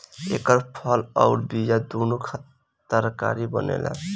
एकर फल अउर बिया दूनो से तरकारी बनेला